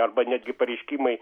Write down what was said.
arba netgi pareiškimai